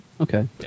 Okay